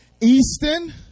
Easton